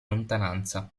lontananza